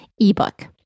ebook